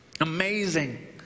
Amazing